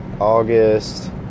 August